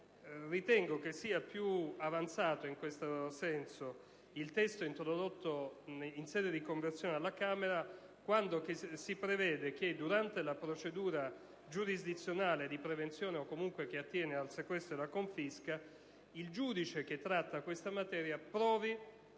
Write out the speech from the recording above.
Ritengo che sia più avanzato in questo senso il testo introdotto in sede di conversione alla Camera, quando si prevede che durante la procedura giurisdizionale di prevenzione o comunque che attiene al sequestro e la confisca, il giudice che tratta la materia provi